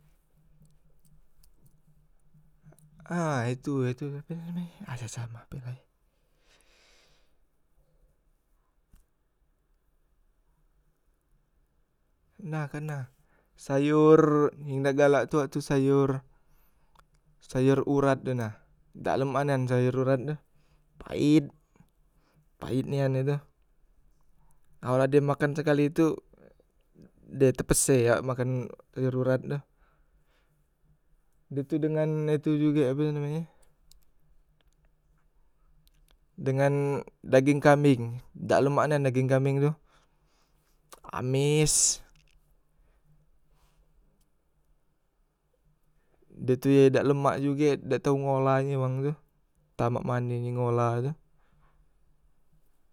a itu he tu ape namenye, ay cacam ape la ye nah kan na, sayor yang dak galak tu awak sayor, sayor urat tu na, dak lemak nian sayor urat tu, pait, pait nian he tu, awal dem makan sekali tu de tepeseh awak makan sayor urat tu de tu dengan itu jugek ape namenye dengan dageng kambeng, dak lemak nian dageng kambeng tu, ames, de tu ye dak lemak juge dak tau ngolah nye wang tu entah mak mane ye ngolah nye.